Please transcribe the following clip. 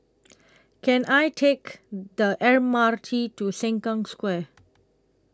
Can I Take The M R T to Sengkang Square